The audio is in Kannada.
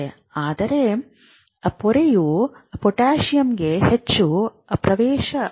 ಆದರೆ ಪೊರೆಯು ಪೊಟ್ಯಾಸಿಯಮ್ಗೆ ಹೆಚ್ಚು ಪ್ರವೇಶಸಾಧ್ಯವಾಗಿರುತ್ತದೆ